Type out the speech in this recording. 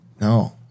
No